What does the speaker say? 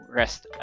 rest